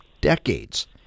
decades